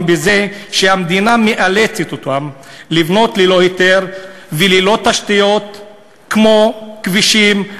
בזה שהמדינה מאלצת אותם לבנות ללא היתר וללא תשתיות כמו כבישים,